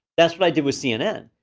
that's what i did with cnn.